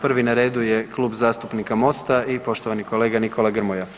Prvi na redu je Klub zastupnika Mosta i poštovani kolega Nikola Grmoja.